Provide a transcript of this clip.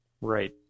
Right